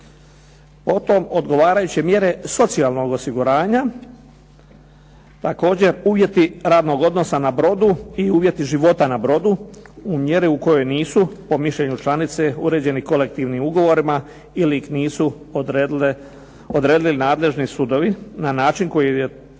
Potom odgovarajuće mjere socijalnog osiguranja, također uvjeti radnog odnosa na brodu i uvjeti života na brodu u mjeri u kojoj nisu po mišljenju članice uređeni kolektivnim ugovorima ili ih nisu odredili nadležni sudovi na način koji je jednako